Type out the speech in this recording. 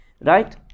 Right